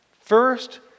First